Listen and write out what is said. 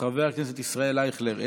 חבר הכנסת אופיר סופר,